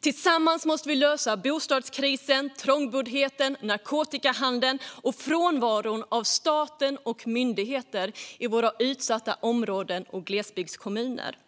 Tillsammans måste vi lösa bostadskrisen, trångboddheten, narkotikahandeln och frånvaron av staten och myndigheter i våra utsatta områden och glesbygdskommuner.